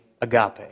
agape